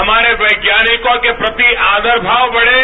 हमारे वैज्ञानिकों के प्रति आदर भाव बढ़े